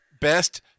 best